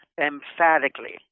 emphatically